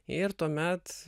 ir tuomet